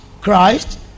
Christ